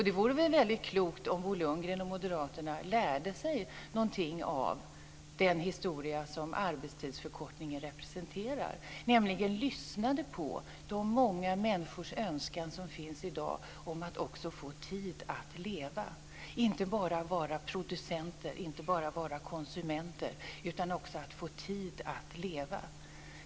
Det vore väl klokt om Bo Lundgren och Moderaterna lärde sig någonting av den historia som arbetstidsförkortningen representerar, nämligen lyssnade på de många människors önskan i dag om att också få tid att leva, att inte bara vara producenter, inte bara vara konsumenter, utan också få tid att leva.